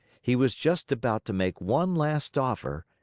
he was just about to make one last offer,